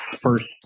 first